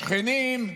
השכנים,